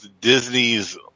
Disney's